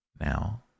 Now